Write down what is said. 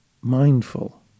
mindful